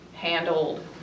handled